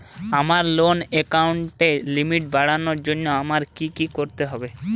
আমার লোন অ্যাকাউন্টের লিমিট বাড়ানোর জন্য আমায় কী কী করতে হবে?